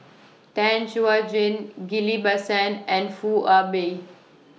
Tan Chuan Jin Ghillie BaSan and Foo Ah Bee